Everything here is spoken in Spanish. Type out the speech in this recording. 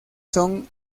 son